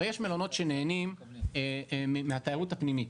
הרי יש מלונות שנהנים מהתיירות הפנימית,